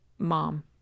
mom